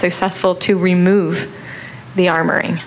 successful to remove the armory